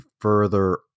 further